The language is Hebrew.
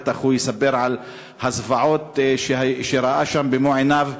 והוא בטח יספר על הזוועות שהוא ראה שם במו-עיניו.